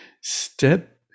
Step